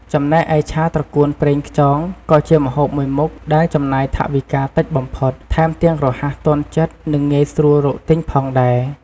ចំណែកឯ ឆាត្រកួនប្រេងខ្យងក៏ជាម្ហូបមួយមុខដែលចំណាយថវិកាតិចបំផុត ថែមទាំងរហ័សទាន់ចិត្តនិងងាយស្រួលរកទិញផងដែរ។